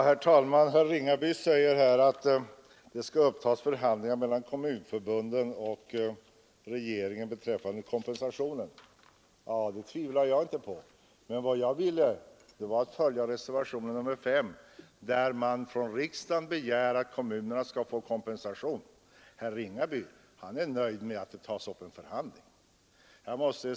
Herr talman! Herr Ringaby säger att det skall upptas förhandlingar mellan kommunförbunden och regeringen beträffande kompensationen. Det tvivlar jag inte på. Men vad jag talade för var att man skulle följa reservation 5, där riksdagen begär att kommunerna skall få kompensation. Herr Ringaby är nöjd med att det tas upp förhandlingar.